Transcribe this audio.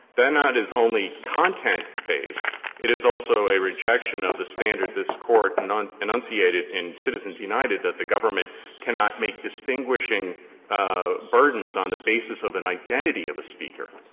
that not is only content-based it is also a rejection of the standard this court and enunciated in citizens united that the government cannot make distinguishing burdens on the basis of an identity of a speaker.